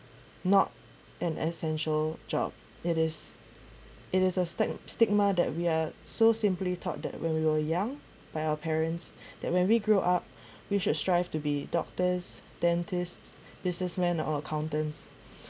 not an essential job it is it is a stig~ stigma that we're so simply taught that when we were young by our parents that when we grow up we should strive to be doctors dentists businessman or accountants